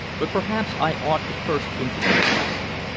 but perhaps i ought to first introduce myself.